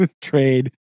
trade